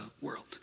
world